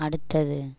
அடுத்தது